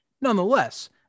Nonetheless